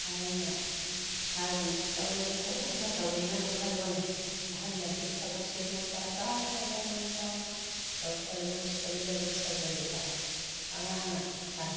ꯑꯍꯜꯅ ꯍꯥꯏꯕꯅ ꯇꯧꯔꯤꯕ ꯊꯕꯛ ꯑꯃ ꯇꯧꯔꯦꯅꯕꯨ ꯈꯜꯂꯣꯅꯦ ꯑꯍꯜꯅꯗꯤ ꯊꯕꯛꯁꯦ ꯃꯆꯥ ꯇꯥꯅ ꯃꯔꯝ ꯆꯥꯅ ꯇꯧꯁꯜꯂꯨ ꯁꯦꯝꯖꯤꯜꯂꯨ ꯁꯥꯖꯤꯜꯂꯨ ꯍꯥꯏ ꯑꯉꯥꯡꯅ ꯍꯥꯏ